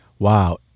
Wow